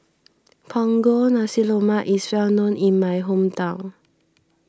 Punggol Nasi Lemak is well known in my hometown